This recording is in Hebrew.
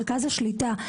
מרכז השליטה.